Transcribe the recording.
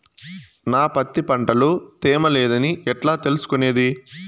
నా పత్తి పంట లో తేమ లేదని ఎట్లా తెలుసుకునేది?